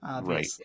right